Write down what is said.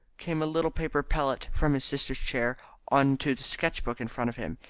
came a little paper pellet from his sister's chair on to the sketch-book in front of him!